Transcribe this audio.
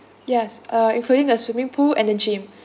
yes uh including a swimming pool and the gym